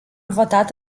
votat